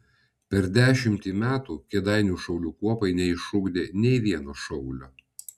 per dešimtį metų kėdainių šaulių kuopai neišugdė nei vieno šaulio